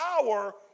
power